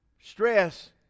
Stress